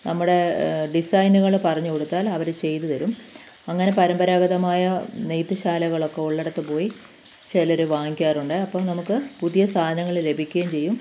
നമ്മുടെ ഡിസൈനുകൾ പറഞ്ഞുകൊടുത്താൽ അവർ ചെയ്തു തരും അങ്ങനെ പരമ്പരാഗതമായ നെയ്ത്ത് ശാലകളൊക്കെ ഉള്ളയിടത്ത് പോയി ചിലർ വാങ്ങിക്കാറുണ്ട് അപ്പം നമുക്ക് പുതിയ സാധനങ്ങൾ ലഭിക്കുകയും ചെയ്യും